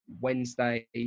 Wednesday